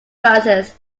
francis